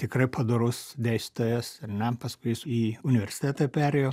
tikrai padorus dėstytojas ar ne paskui jis į universitetą perėjo